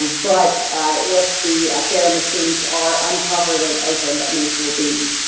but if the fare machines are uncovered and open, that means will be.